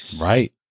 Right